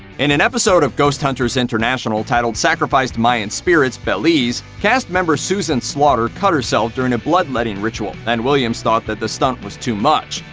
in an episode of ghost hunters international titled sacrificed mayan spirits belize, cast member susan slaughter cut herself during a bloodletting ritual and williams thought that the stunt was too much.